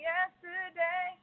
Yesterday